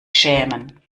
schämen